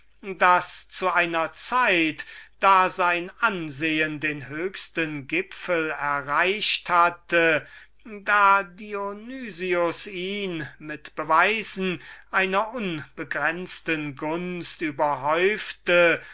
daß zu einer zeit da sein ansehen den höchsten gipfel erreicht hatte da dionys ihn mit beweisen einer unbegrenzten gunst überhäufte